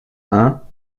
hein